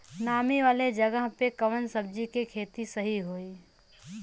नामी वाले जगह पे कवन सब्जी के खेती सही होई?